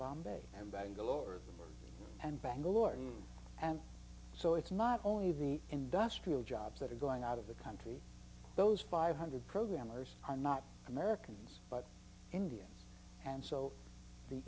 bombay and bangalore and bangalore and so it's not only the industrial jobs that are going out of the country those five hundred programmers are not americans but india and so the